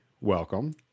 welcome